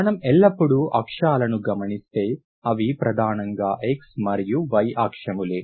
మనం ఎల్లప్పుడూ అక్షాలను గమనిస్తే అవి ప్రధానంగా x మరియు y అక్షములే